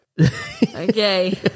Okay